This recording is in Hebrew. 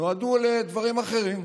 נועדו לדברים אחרים.